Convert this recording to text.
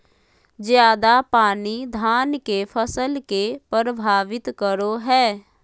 ज्यादा पानी धान के फसल के परभावित करो है?